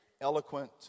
eloquent